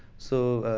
so